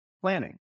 planning